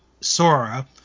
Sora